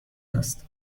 است